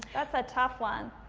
that's a tough one.